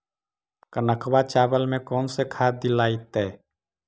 कनकवा चावल में कौन से खाद दिलाइतै?